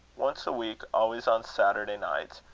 once a week, always on saturday nights,